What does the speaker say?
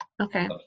Okay